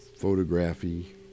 Photography